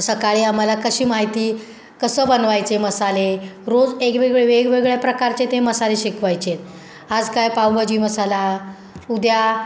सकाळी आम्हाला कशी माहिती कसं बनवायचे मसाले रोज एक वेग वेगवेगळ्या प्रकारचे ते मसाले शिकवायचे आज काय पावभाजी मसाला उद्या